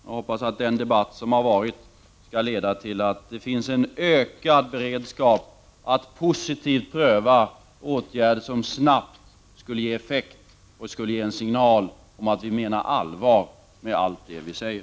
Jag hoppas att den debatt som har förts skall leda till att det blir en ökad beredskap att positivt pröva åtgärder som snabbt kan ge effekt och kan ge en signal om att vi menar allvar med allt det vi säger.